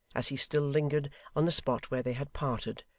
as he still lingered on the spot where they had parted,